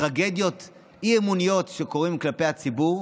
טרגדיות אי-אמוניות שקורות כלפי הציבור,